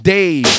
Dave